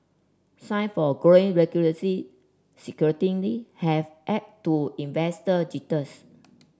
sign of growing regular scrutiny have added to investor jitters